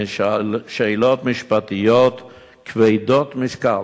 והן שאלות משפטיות כבדות משקל.